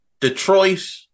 Detroit